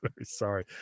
Sorry